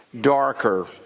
darker